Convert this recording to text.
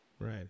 Right